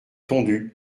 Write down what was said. tondu